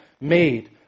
made